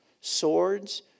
Swords